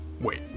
Wait